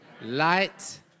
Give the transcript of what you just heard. light